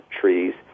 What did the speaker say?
trees